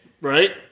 Right